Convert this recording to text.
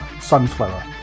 Sunflower